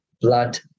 blood